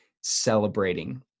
celebrating